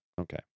Okay